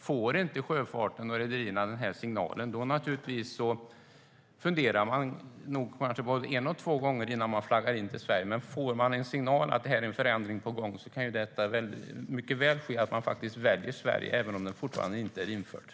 Om sjöfarten och rederierna inte får den signalen funderar de nog både en och två gånger innan de flaggar in i Sverige. Men om de får en signal om att det är en förändring på gång kan det mycket väl ske att de väljer Sverige, även om tonnageskatten ännu inte är införd.